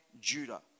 Judah